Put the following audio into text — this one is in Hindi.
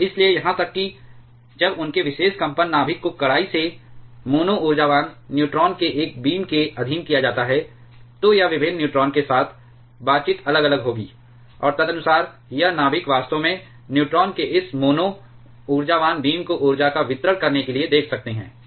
और इसलिए यहां तक कि जब उनके विशेष कंपन नाभिक को कड़ाई से मोनो ऊर्जावान न्यूट्रॉन के एक बीम के अधीन किया जाता है तो यह विभिन्न न्यूट्रॉन के साथ बातचीत अलग अलग होगी और तदनुसार यह नाभिक वास्तव में न्यूट्रॉन के इस मोनो ऊर्जावान बीम को ऊर्जा का वितरण करने के लिए देखता है